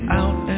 out